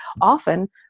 often